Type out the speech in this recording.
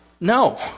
no